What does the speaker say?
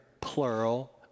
plural